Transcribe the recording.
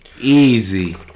Easy